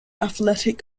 athletic